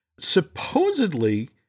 supposedly